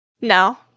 No